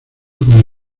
con